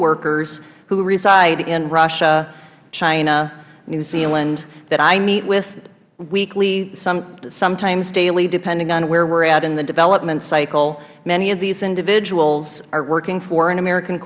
workers who reside in russia china new zealand that i meet with weekly sometimes daily depending on where we are at in the development cycle many of these individuals are working for an american